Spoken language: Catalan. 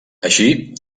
així